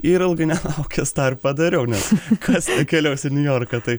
ir ilgai nelaukęs tą ir padariau nes kas keliaus į niujorką tai